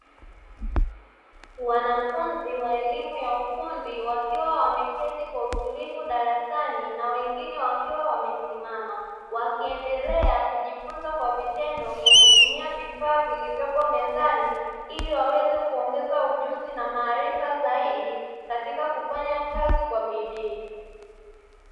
Wanafunzi wa elimu ya ufundi wakiwa wameketi kwa utulivu darasani na wengine wakiwa wamesimama, wakiendelea kujifunza kwa vitendo kwa kutumia vifaa vilivyopo mezani, ili waweze kuongeza ujuzi na maarifa zaidi katika kufanya kazi kwa bidii.